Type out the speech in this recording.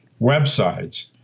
websites